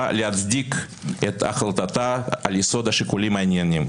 להצדיק את החלטתה על יסוד שיקולים ענייניים,